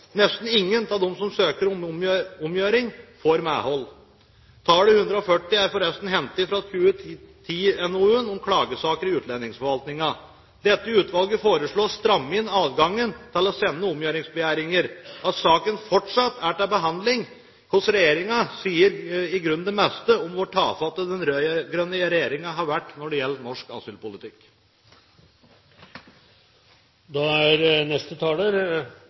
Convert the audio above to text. Nesten ingen av de som søker om omgjøring, får medhold. Tallet 140 er forresten hentet fra NOU-en fra 2010 om klagesaker i utlendingsforvaltningen. Dette utvalget foreslår å stramme inn adgangen til å sende omgjøringsbegjæringer. At saken fortsatt er til behandling hos regjeringen, sier i grunnen det meste om hvor tafatt den rød-grønne regjeringen har vært når det gjelder norsk